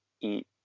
eat